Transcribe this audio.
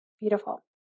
beautiful